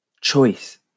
Choice